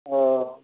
अ